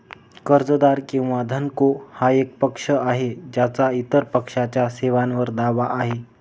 कर्जदार किंवा धनको हा एक पक्ष आहे ज्याचा इतर पक्षाच्या सेवांवर दावा आहे